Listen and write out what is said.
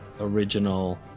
original